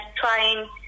trying